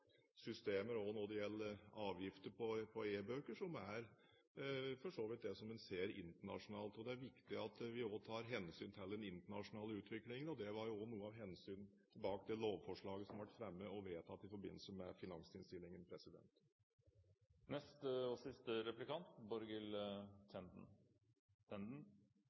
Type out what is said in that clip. systemer også når det gjelder avgifter på e-bøker, som for så vidt er det en ser internasjonalt. Det er viktig at vi tar hensyn til den internasjonale utviklingen, og det var jo også noe av hensynet bak det lovforslaget som ble fremmet og vedtatt i forbindelse med finansinnstillingen. I mitt innlegg snakket jeg om at elektronisk tjeneste levert fra utlandet skal være oppe og